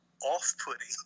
off-putting